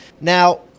now